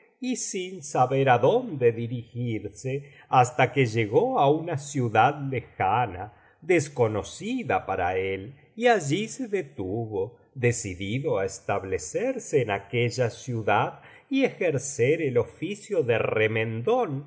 y sin saber adonde dirigirse hasta que llegó a una ciudad lejana desconocida para él y allí se detuvo decidido á establecerse en aquella ciudad y ejercer el oficio de remendón